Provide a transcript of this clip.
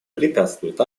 препятствует